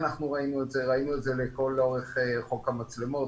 ראינו את זה לכל אורך חוק המצלמות,